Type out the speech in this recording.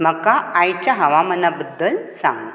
म्हाका आयच्या हवामाना बद्दल सांग